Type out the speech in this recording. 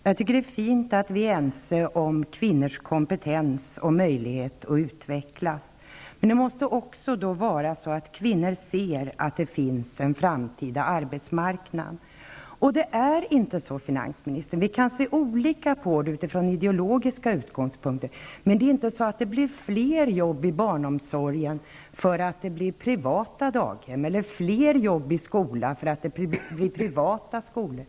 Jag tycker det är viktigt att vi är ense om kvinnors kompetens och kvinnors möjlighet att utvecklas, men det måste också vara så att kvinnor ser att det finns en framtida arbetsmarknad. Vi kan ha olika syn på saken utifrån skilda ideologiska utgångspunkter, men det är inte så att det blir fler jobb i barnomsorgen därför att det inrättas pri vata daghem eller fler jobb i skolan därför att det inrättas privata skolor.